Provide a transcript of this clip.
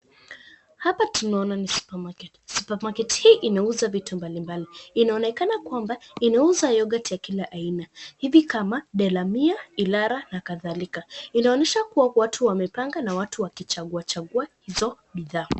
Hapa tunaona ni supemarket . Supemarket market hii inauza vitu mbalimbali. Inaonekana kwamba inauza yoghurt ya kila aina hivi kama Delamere, Irara na kadhalika. Inaonyesha kuwa watu wamepanga na watu wakichaguachagua hizo bidhaa.